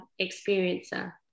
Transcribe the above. experiencer